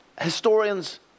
historians